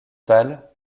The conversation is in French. pâle